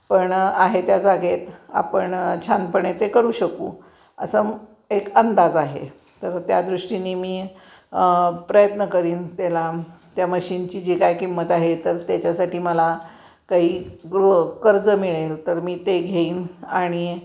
पण आहे त्या जागेत आपण छानपणे ते करू शकू असं एक अंदाज आहे तर त्या दृष्टीनी मी प्रयत्न करीन त्याला त्या मशीनची जी काय किंमत आहे तर त्याच्यासाठी मला काही गृहकर्ज मिळेल तर मी ते घेईन आणि